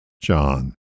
John